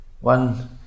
One